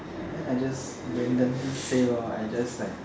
then I just randomly say uh I just like